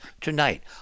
tonight